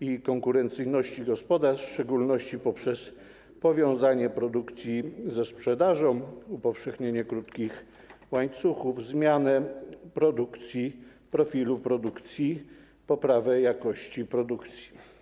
i konkurencyjności gospodarstw, w szczególności poprzez powiązanie produkcji ze sprzedażą, upowszechnianie krótkich łańcuchów, zmianę profilu produkcji, poprawę jakości produkcji.